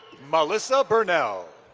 melissa burnell.